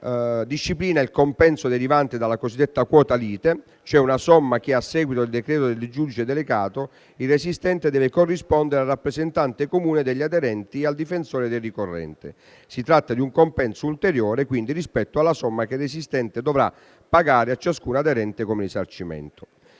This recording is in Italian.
disciplina il compenso derivante dalla cosiddetta quota lite, cioè una somma che, a seguito del decreto del giudice delegato, il resistente deve corrispondere al rappresentante comune degli aderenti e al difensore del ricorrente. Si tratta di un compenso ulteriore, quindi, rispetto alla somma che il resistente dovrà pagare a ciascun aderente come risarcimento.